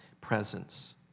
presence